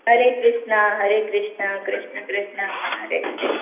Hare Krishna Hare Krishna Krishna Krishna Hare Hare